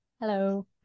Hello